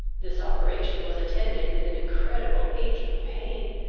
this operation was attended with an incredible aching pain,